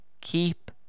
keep